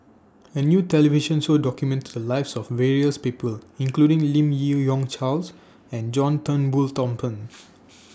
A New television Show documented The Lives of various People including Lim Yi Yong Charles and John Turnbull Thomson